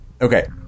Okay